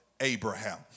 Abraham